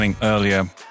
earlier